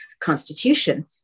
constitution